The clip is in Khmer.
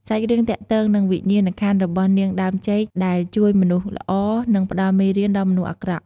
សាច់រឿងទាក់ទងនឹងវិញ្ញាណក្ខន្ធរបស់នាងដើមចេក ដែលជួយមនុស្សល្អ និងផ្ដល់មេរៀនដល់មនុស្សអាក្រក់។